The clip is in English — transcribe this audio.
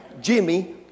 Jimmy